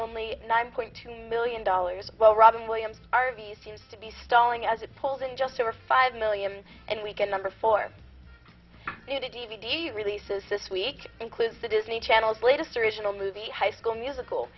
only nine point two million dollars well robyn williams our view seems to be stalling as it pulls in just over five million and we can number for the d v d releases this week includes the disney channel's latest original movie high school musical